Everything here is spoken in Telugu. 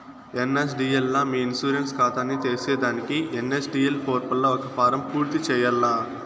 ఎన్.ఎస్.డి.ఎల్ లా మీ ఇన్సూరెన్స్ కాతాని తెర్సేదానికి ఎన్.ఎస్.డి.ఎల్ పోర్పల్ల ఒక ఫారం పూర్తి చేయాల్ల